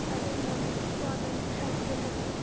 তাদের মনেও একটু আনন্দ শান্তি থাকে